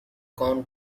gone